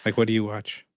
like what do you watch?